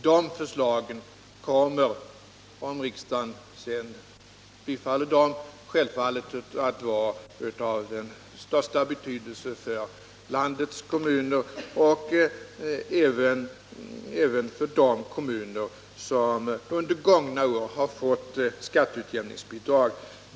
Dessa förslag kommer, om riksdagen bifaller dem, självfallet att vara av den största betydelse för landets kommuner och då även för de kommuner som under gångna år har fått skatteutjämningsbidrag.